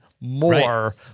more